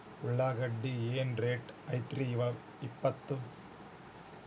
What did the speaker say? ಉಳ್ಳಾಗಡ್ಡಿ ಏನ್ ರೇಟ್ ಐತ್ರೇ ಇಪ್ಪತ್ತು?